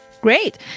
Great